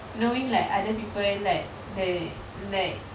knowing like other people like the like